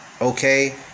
okay